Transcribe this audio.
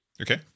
Okay